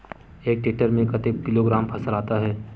एक टेक्टर में कतेक किलोग्राम फसल आता है?